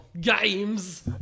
Games